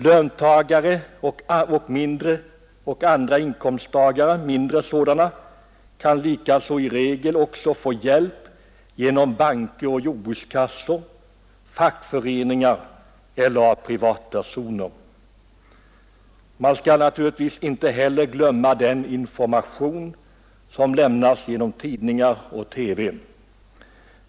Löntagare och andra mindre inkomsttagare kan likaså i regel få viss hjälp av banker och jordbrukskassor, fackföreningar eller privatpersoner. Man skall naturligtvis inte heller glömma den information, som lämnas genom tidningar och TV.